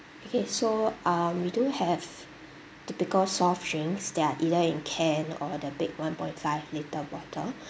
okay so um we do have typical soft drinks they are either in can or the big one point five litre bottle